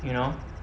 you know